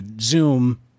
Zoom